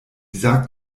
sagt